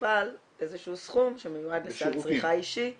למטופל איזשהו סכום שמיועד לסל צריכה אישי- - בשירותים.